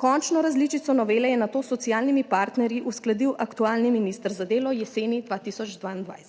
Končno različico novele je nato s socialnimi partnerji uskladil aktualni minister za delo jeseni 2022.